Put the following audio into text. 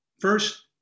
First